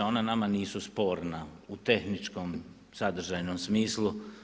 Ona nama nisu sporna u tehničkom i sadržajnom smislu.